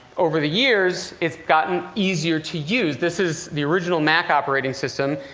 over the years, it's gotten easier to use. this is the original mac operating system.